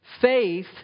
Faith